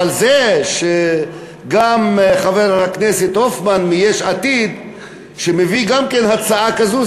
אבל זה שגם חבר הכנסת הופמן מיש עתיד מביא הצעה כזו,